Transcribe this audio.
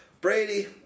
Brady